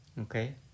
Okay